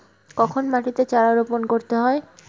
কখন মাটিতে চারা রোপণ করতে হয়?